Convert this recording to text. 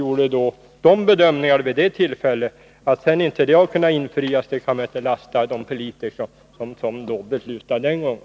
Att de planer man då bedömde som möjliga sedan inte har kunnat genomföras är något för vilket man inte kan lasta de politiker som beslutade den gången.